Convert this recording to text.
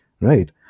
right